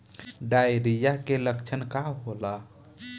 Diarrhoea के लक्षण का होला?